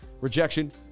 rejection